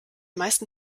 meisten